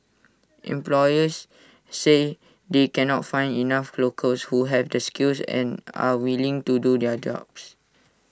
employers say they cannot find enough locals who have the skills and are willing to do their jobs